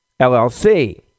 LLC